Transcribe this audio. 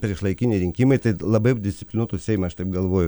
priešlaikiniai rinkimai tai labai disciplinuotų seimą aš taip galvoju